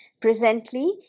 Presently